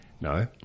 No